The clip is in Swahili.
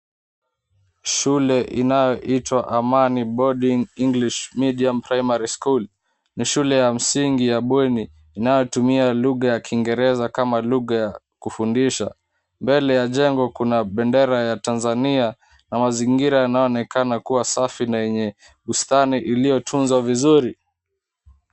Shule inayoitwa Amani Boarding English Medium Primary School ni shule ya msingi ya bweni inayotumia lugha ya kiingereza kama lugha ya kufundisha. Mbele ya jengo kuna bendera ya Tanzania na mazingira yanayoonekana kuwa safi na yenye bustani ilyotunzwa vizuri.